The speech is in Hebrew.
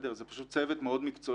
זה חשוב.